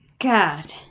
God